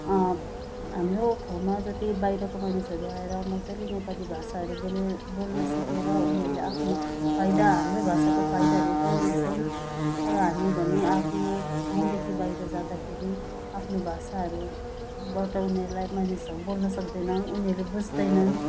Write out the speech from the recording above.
हाम्रो ठाउँमा जति बाहिरको मानिसहरूले आएर मज्जाले नेपाली भाषाहरू बोले बोल्न सिकेर उनीहरूले आफ्नो फाइदा हाम्रै भाषाका फाइदा उठाइरहेका छन् तर हामी भने आफ्नो ठाउँदेखि बाहिर जाँदाखेरि आफ्नो भाषाहरू बताउनेलाई मानिसहरू बोल्न सक्दैनौँ उनीहरूले बुझ्दैनन्